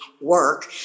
work